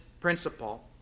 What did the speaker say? principle